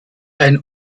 ein